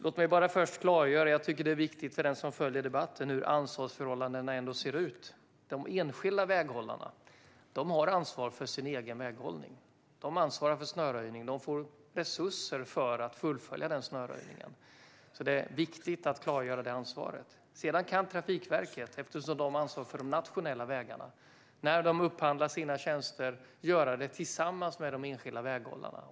Låt mig först klargöra hur ansvarsförhållandena ser ut - det är viktigt för den som följer debatten. De enskilda väghållarna har ansvar för sin egen väghållning. Det är viktigt att klargöra att de ansvarar för snöröjningen och får resurser för att fullfölja den. Sedan kan Trafikverket, eftersom de ansvarar för de nationella vägarna, upphandla sina tjänster tillsammans med de enskilda väghållarna.